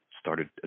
started